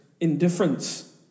indifference